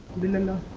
men and